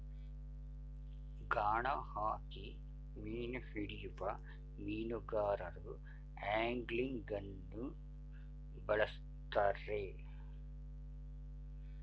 ಗಾಣ ಹಾಕಿ ಮೀನು ಹಿಡಿಯುವ ಮೀನುಗಾರರು ಆಂಗ್ಲಿಂಗನ್ನು ಬಳ್ಸತ್ತರೆ